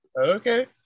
okay